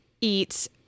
eats